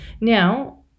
now